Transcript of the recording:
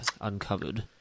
uncovered